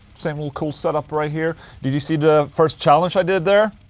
same little cool setup right here did you see the first challenge i did there?